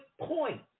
point